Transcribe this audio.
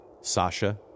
Sasha